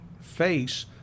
face